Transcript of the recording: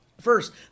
First